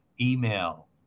email